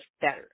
better